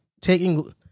taking